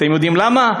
אתם יודעים למה?